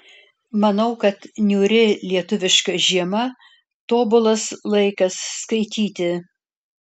manau kad niūri lietuviška žiema tobulas laikas skaityti